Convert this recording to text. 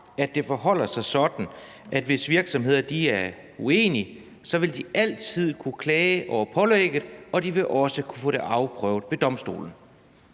at det forholder sig sådan, at hvis virksomheder er uenige i pålægget, vil de altid kunne klage over det, og de vil også kunne få det afprøvet ved domstolene?